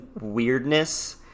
weirdness